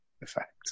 effect